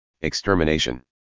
extermination